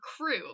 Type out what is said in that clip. crew